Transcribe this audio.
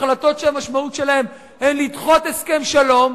החלטות שהמשמעות שלהן היא לדחות הסכם שלום,